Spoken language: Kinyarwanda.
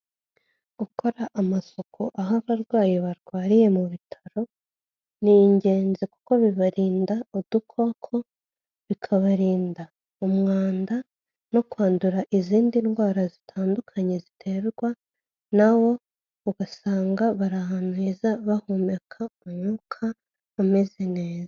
Gukora amasuku aho abarwayi barwariye mu bitaro, ni ingenzi kuko bibarinda udukoko, bikabarinda umwanda no kwandura izindi ndwara zitandukanye ziterwa na wo, ugasanga bari ahantu heza bahumeka umwuka umeze neza.